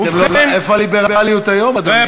איפה הליברליות היום, אדוני?